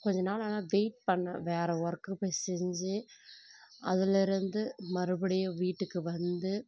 கொஞ்சம் நாள் ஆனால் வெயிட் பண்ணேன் வேறே ஒர்க்கு போய் செஞ்சு அதுலேருந்து மறுபடியும் வீட்டுக்கு வந்து